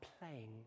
playing